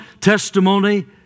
testimony